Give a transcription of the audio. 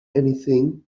anything